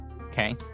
Okay